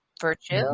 virtue